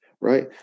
right